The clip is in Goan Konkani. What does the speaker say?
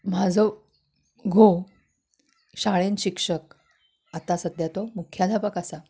म्हाजो घोव शाळेंत शिक्षक आतां सध्या तो मुख्याध्यापक आसा